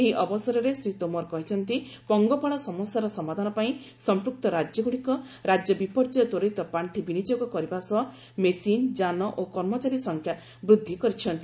ଏହି ଅବସରରେ ଶ୍ରୀ ତୋମର କହିଛନ୍ତି ପଙ୍ଗପାଳ ସମସ୍ୟାର ସମାଧାନ ପାଇଁ ସମ୍ପୃକ୍ତ ରାଜ୍ୟଗୁଡ଼ିକ ରାଜ୍ୟ ବିପର୍ଯ୍ୟୟ ତ୍ୱରିତ ପାର୍ଷି ବିନିଯୋଗ କରିବା ସହ ମେସିନ୍ ଯାନ ଓ କର୍ମଚାରୀ ସଂଖ୍ୟା ବୃଦ୍ଧି କରିଛନ୍ତି